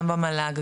גם במל"ג,